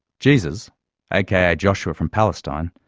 jesus aka joshua from palestine,